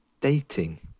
dating